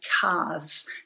cars –